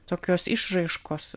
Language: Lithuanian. tokios išraiškos